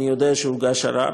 אני יודע שהוגש ערר.